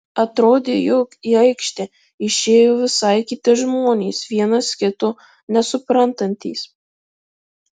atrodė jog į aikštę išėjo visai kiti žmonės vienas kito nesuprantantys